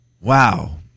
Wow